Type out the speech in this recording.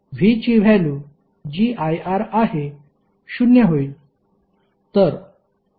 V ची value जी I R आहे शून्य होईल